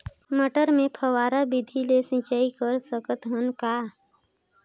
मटर मे फव्वारा विधि ले सिंचाई कर सकत हन का?